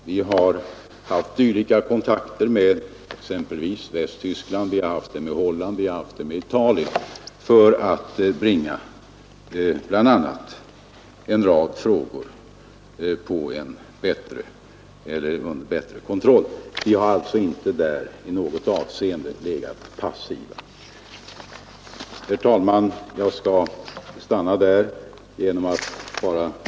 Vi har haft dylika kontakter med exempelvis Västtyskland, Holland och Italien för att bringa en rad frågor under bättre kontroll. Vi har alltså därvidlag inte varit passiva. Herr talman! Jag skall stanna där.